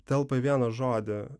telpa į vieną žodį